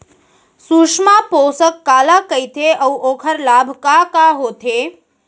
सुषमा पोसक काला कइथे अऊ ओखर लाभ का का होथे?